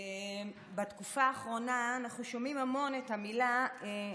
בתקופה האחרונה אנחנו שומעים המון את המילה אנרכיסטים.